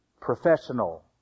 professional